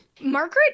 Margaret